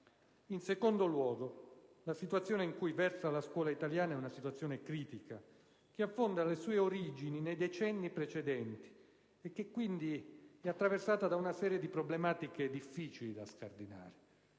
In secondo luogo, la situazione in cui versa la scuola italiana è una situazione critica che affonda le sue origini nei decenni precedenti e che è attraversata da una serie di problematiche difficili da scardinare.